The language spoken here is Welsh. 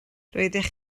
roeddech